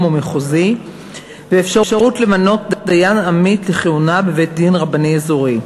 ומחוזי ואפשרות למנות דיין עמית לכהונה בבית-דין רבני אזורי.